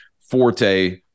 forte